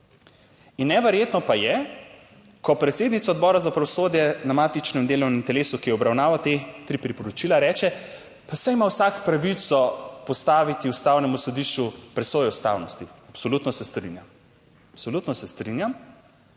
In neverjetno pa je, ko predsednica Odbora za pravosodje na matičnem delovnem telesu, ki je obravnaval te tri priporočila, reče, pa saj ima vsak pravico postaviti Ustavnemu sodišču presojo ustavnosti. Absolutno se strinjam, absolutno se strinjam,